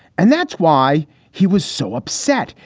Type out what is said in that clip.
and that's why he was so upset.